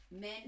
Men